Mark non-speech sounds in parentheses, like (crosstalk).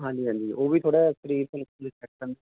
ਹਾਂਜੀ ਹਾਂਜੀ ਉਹ ਵੀ ਥੋੜ੍ਹਾ ਸਰੀਰ (unintelligible)